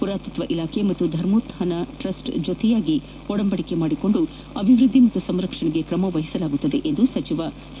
ಪುರಾತತ್ವ ಇಲಾಖೆ ಹಾಗೂ ಧರ್ಮೊತ್ಮಾನ ಟ್ರಸ್ಟ್ ಜೊತೆಯಾಗಿ ಒಡಂಬಡಿಕೆ ಮಾಡಿಕೊಂಡು ಅಭಿವೃದ್ಧಿ ಹಾಗೂ ಸಂರಕ್ಷಣೆಗೆ ತ್ರಮ ವಹಿಸಲಾಗುವುದು ಎಂದು ಸಿ